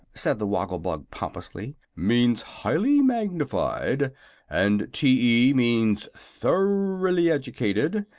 said the woggle-bug, pompously, means highly magnified and t. means thoroughly educated.